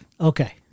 Okay